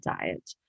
diet